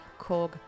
Korg